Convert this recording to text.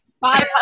five